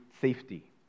safety